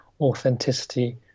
authenticity